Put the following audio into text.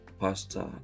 Pastor